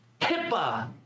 HIPAA